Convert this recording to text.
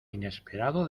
inesperado